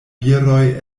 viroj